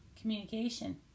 communication